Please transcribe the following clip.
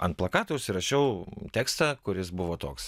ant plakato užsirašiau tekstą kuris buvo toks